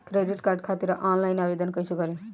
Credit card खातिर online आवेदन कइसे करि?